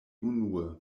unue